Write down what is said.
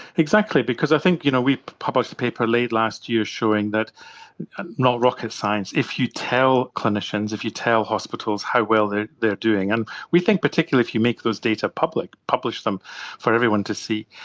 exactly, because i think you know we published the paper late last year showing that it's and not rocket science, if you tell clinicians, if you tell hospitals how well they they are doing, and we think particularly if you make those data public, publish them for everyone to see,